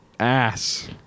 Ass